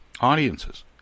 audiences